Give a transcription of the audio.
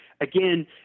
again